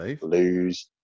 lose